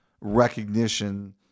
recognition